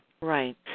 Right